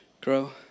grow